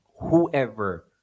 whoever